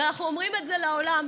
ואנחנו אומרים את זה לעולם,